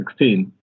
2016